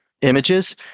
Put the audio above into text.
images